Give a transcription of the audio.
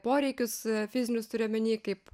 poreikius fizinius turiu omeny kaip